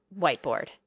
whiteboard